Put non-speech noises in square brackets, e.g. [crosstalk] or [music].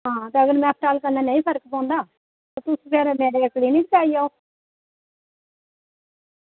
हां ते अगर [unintelligible] कन्नै नेईं फर्क पौंदा ते तुस मेरे क्लीनिक च आई जाओ